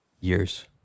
Years